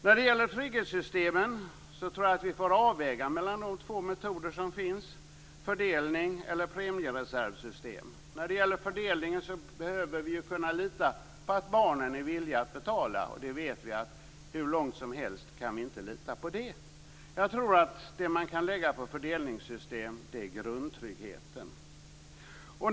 När det gäller trygghetssystemen får vi nog avväga mellan de två metoder som finns, fördelning eller premiereservsystem. Angående fördelningen måste vi kunna lita på att barnen är villiga att betala, men vi vet ju att man inte kan lita på det hur långt som helst. Det som kan läggas på fördelningssystem är grundtryggheten.